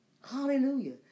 Hallelujah